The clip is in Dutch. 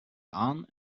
aan